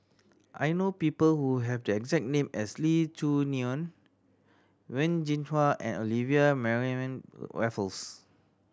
I know people who have the exact name as Lee Choo Neo Wen Jinhua and Olivia Mariamne Raffles